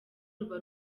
ruba